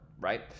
right